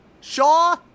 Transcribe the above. Shaw